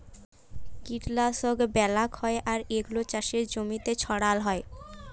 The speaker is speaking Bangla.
কীটলাশক ব্যলাক হ্যয় আর এগুলা চাসের জমিতে ছড়াল হ্য়য়